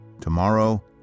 Tomorrow